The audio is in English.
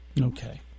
Okay